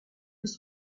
was